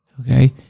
okay